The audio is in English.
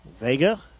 Vega